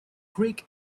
creek